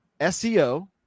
seo